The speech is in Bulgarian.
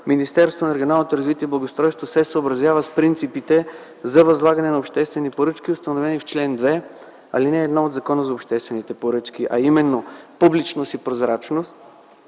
Министерството на регионалното развитие и благоустройството се съобразява с принципите за възлагане на обществени поръчки, установени в чл. 2, ал. 1 от Закона за обществените поръчки, а именно публичност и прозрачност,